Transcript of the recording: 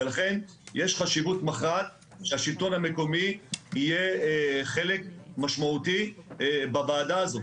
ולכן יש חשיבות מכרעת שהשלטון המקומי יהיה חלק משמעותי בוועדה הזאת.